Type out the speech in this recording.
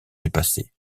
dépassé